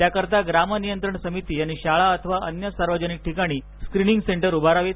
त्याकरिता ग्राम नियंत्रण समिती यांनी शाळा अथवा अन्य सार्वजनिक ठिकाणी स्क्रिनिंग सेंटर उभारावेत